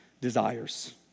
desires